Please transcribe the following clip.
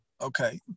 okay